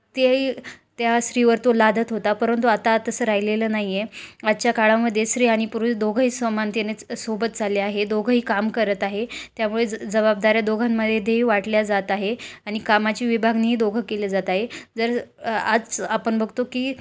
तेही त्या स्त्रीवर तो लादत होता परंतु आता तसं राहिलेलं नाही आहे आजच्या काळामध्ये स्त्री आणि पुरुष दोघंही समानतेने सोबत चालले आहे दोघंही काम करत आहे त्यामुळे ज जबाबदाऱ्या दोघांमध्ये वाटल्या जात आहे आणि कामाची विभागणी दोघं केले जात आहे जर आज आपण बघतो की